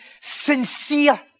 sincere